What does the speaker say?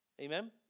Amen